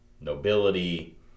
nobility